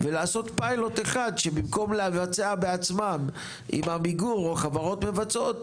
ולעשות פיילוט אחד שבמקום לבצע בעצמם עם עמיגור או חברות מבצעות,